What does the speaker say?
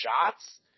shots